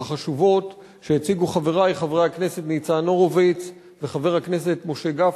החשובות שהציגו חברי חברי הכנסת ניצן הורוביץ ומשה גפני,